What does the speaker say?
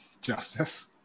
Justice